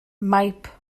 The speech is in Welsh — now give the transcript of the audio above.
maip